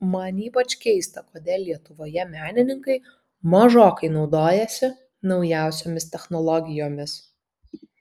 man ypač keista kodėl lietuvoje menininkai mažokai naudojasi naujausiomis technologijomis